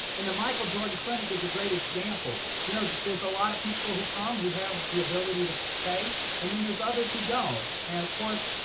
and the michael jordan clinic is a great example. you know there's there's a lot of people who come who have the ability to pay and then there's others who don't. and of course,